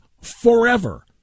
forever